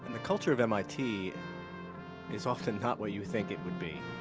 the culture of mit is often not what you think it would be.